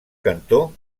cantó